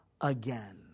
again